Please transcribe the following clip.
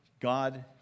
God